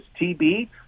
TB